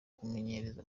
kumenyereza